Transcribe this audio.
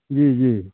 जी जी